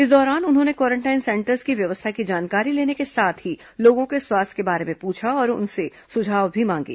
इस दौरान उन्होंने क्वारेंटाइन सेंटरों की व्यवस्था की जानकारी लेने के साथ ही लोगों के स्वास्थ्य के बारे में पूछा और उनसे सुझाव भी मांगे